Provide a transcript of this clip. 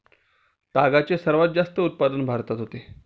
तागाचे सर्वात जास्त उत्पादन भारतात होते